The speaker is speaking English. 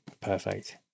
Perfect